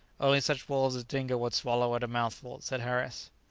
only such wolves as dingo would swallow at a mouthful, said harris.